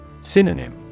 Synonym